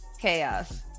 chaos